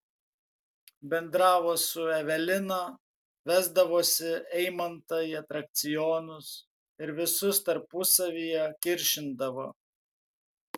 bendravo su evelina vesdavosi eimantą į atrakcionus ir visus tarpusavyje kiršindavo